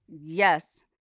Yes